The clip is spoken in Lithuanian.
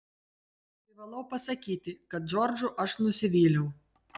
privalau pasakyti kad džordžu aš nusivyliau